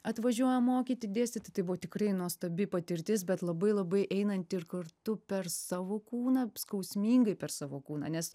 atvažiuoja mokyti dėstyti tai buvo tikrai nuostabi patirtis bet labai labai einanti ir kartu per savo kūną skausmingai per savo kūną nes